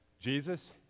Jesus